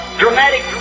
dramatic